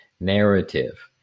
narrative